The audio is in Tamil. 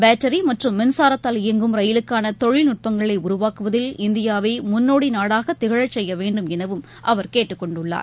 பேட்டரிமற்றும் மின்சாரத்தால் டியங்கும் ரயிலுக்கானதொழில்நுட்பங்களைஉருவாக்குவதில் இந்தியாவைமுன்னோடிநாடாகதிகழச்செய்யவேண்டும் எனவும் அவர் கேட்டுக்கொன்டுள்ளார்